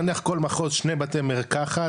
נניח כל מחוז שני בתי מרקחת,